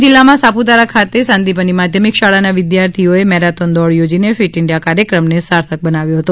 તો ડાંગ જિલ્લામાં સાપુતારા કાતે સાંદીપની માધ્યમિક શાળાના વિદ્યાર્થીઓએ મેરાથોન દોડ યોજીને ફીટ ઇન્ડિયા કાર્યક્રમને સાર્થક બનાવ્યો હતો